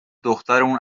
دخترمون